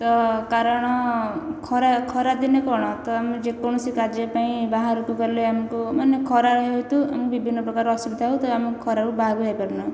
ତ କାରଣ ଖରା ଖରା ଦିନେ କ'ଣ ତ ଆମେ ଯେକୌଣସି କାର୍ଯ୍ୟ ପାଇଁ ବାହାରକୁ ଗଲେ ଆମକୁ ମାନେ ଖରା ହେତୁ ଆମକୁ ବିଭିନ୍ନ ପ୍ରକାର ଅସୁବିଧା ହୋଇଥାଏ ଆମେ ଖରାକୁ ବାହାରକୁ ଯାଇପାରୁ ନାହୁଁ